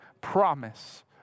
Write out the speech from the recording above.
promise